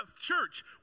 church